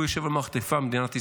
והוא יושב במערכת האכיפה מדינת ישראל.